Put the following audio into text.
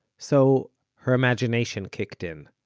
so her imagination kicked in.